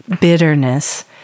bitterness